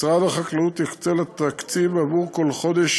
משרד החקלאות יקצה לה תקציב עבור כל חודש